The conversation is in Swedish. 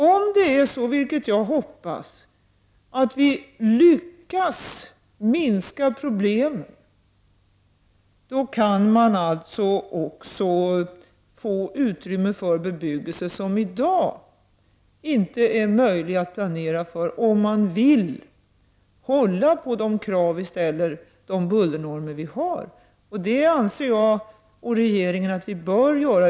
Om vi, vilket jag hoppas, lyckas minska problemen då kan vi alltså få utrymme för bebyggelse som i dag inte är möjlig att planera om man vill hålla på de bullernormer som vi har. Det anser jag och regeringen att vi bör göra.